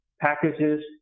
packages